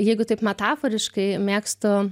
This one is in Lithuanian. jeigu taip metaforiškai mėgstu